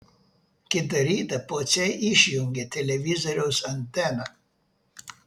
kitą rytą pociai išjungė televizoriaus anteną